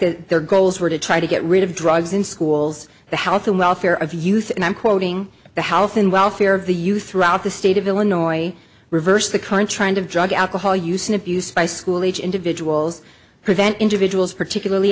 that their goals were to try to get rid of drugs in schools the health and welfare of youth and i'm quoting the house and welfare of the you throughout the state of illinois reversed the current trend of drug alcohol use and abuse by school age individuals prevent individuals particularly